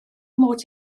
mod